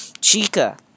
chica